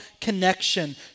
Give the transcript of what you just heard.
connection